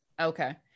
Okay